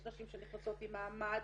יש נשים שנכנסות עם מעמד